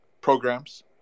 programs